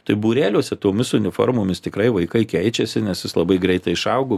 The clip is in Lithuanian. tai būreliuose tomis uniformomis tikrai vaikai keičiasi nes jas labai greitai išauga